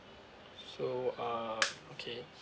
so uh okay